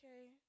okay